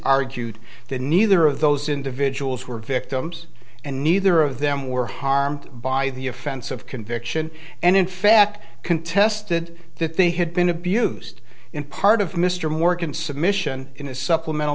argued that neither of those individuals were victims and neither of them were harmed by the offense of conviction and in fact contested that they had been abused in part of mr morgan submission in a supplemental